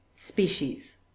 species